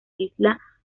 isla